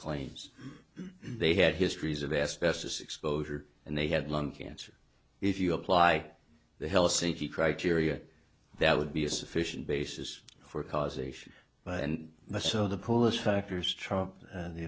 claims they had histories of asbestos exposure and they had lung cancer if you apply the helsinki criteria that would be a sufficient basis for causation but and so the polish factors